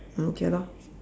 okay lor